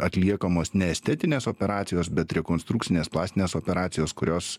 atliekamos ne estetinės operacijos bet rekonstrukcinės plastinės operacijos kurios